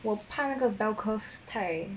我怕那个 bell curve 太